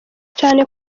cane